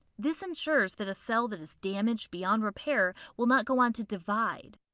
this ensures that a cell that is damaged beyond repair will not go on to divide.